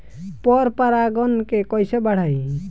पर परा गण के कईसे बढ़ाई?